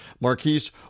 Marquise